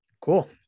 Cool